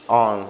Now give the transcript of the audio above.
on